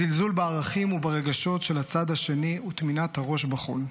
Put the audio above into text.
הן זלזול בערכים וברגשות של הצד השני וטמינת הראש בחול.